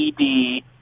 ED